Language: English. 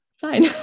fine